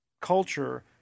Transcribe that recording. culture